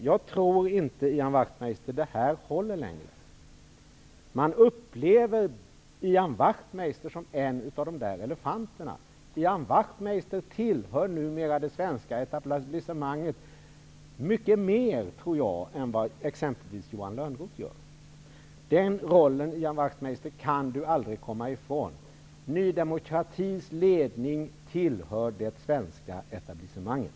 Jag tror inte, Ian Wachtmeister, att det längre håller. Man upplever Ian Wachtmeister som en av de där elefanterna. Ian Wachtmeister tillhör numera det svenska etablissemanget mycket mer, tror jag, än vad exempelvis Johan Lönnroth gör. Den rollen kan Ian Wachtmeister aldrig komma ifrån. Ny demokratis ledning tillhör det svenska etablissemanget.